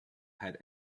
had